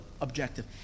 objective